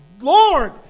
Lord